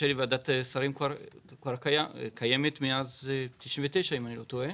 ועדת השרים קיימת מאז 1999, אם אני לא טועה.